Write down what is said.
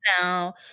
now